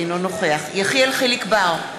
אינו נוכח יחיאל חיליק בר,